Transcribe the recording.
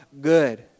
good